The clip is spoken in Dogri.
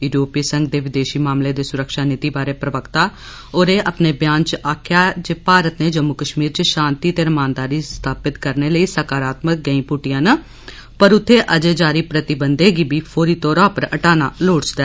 यूरोपिय संध दे विदेशी मामले ते सुरक्षा नीति बारे प्रवक्ता होरे अपने बयान च आक्खेया जे भारत ने जम्मू कश्मीर च शांति ते रमानदारी स्थात करने लेई सकारातमक गैंई पुट्टियां न पर उत्थें अर्जें जारी प्रतिबंधें गी बी फोरी तौर उप्पर हटाना लोइचदा